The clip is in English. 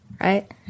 right